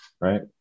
right